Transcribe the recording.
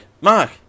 Mark